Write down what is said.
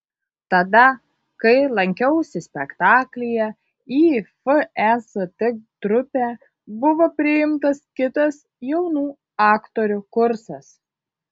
tada kai lankiausi spektaklyje į fest trupę buvo priimtas kitas jaunų aktorių kursas